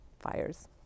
Fires